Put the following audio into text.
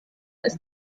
ist